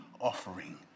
offering